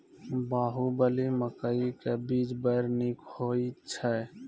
बाहुबली मकई के बीज बैर निक होई छै